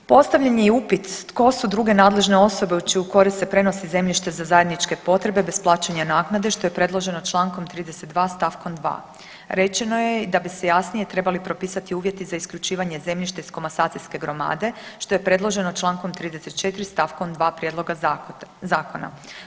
Postavljen je i upit tko su druge nadležne osobe u čiju korist se prenosi zemljište za zajedničke potrebe bez plaćanja naknade što je predloženo člankom 32. stavkom 2. Rečeno je da bi se jasnije trebali propisati uvjeti za isključivanje zemljišta iz komasacijske gromade što je predloženo člankom 34. stavkom 2. prijedloga zakona.